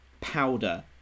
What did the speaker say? powder